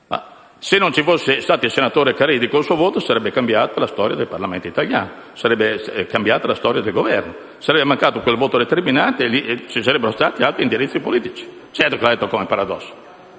se non ci fosse stato il senatore Caridi con il suo voto, sarebbe cambiata la storia del Parlamento italiano e del Governo, sarebbe mancato quel voto determinante e ci sarebbero stati altri indirizzi politici. Certo, lo ha detto come paradosso,